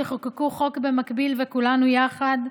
שחוקקו חוק במקביל וכולנו יחד,